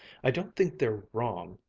i don't think they're wrong,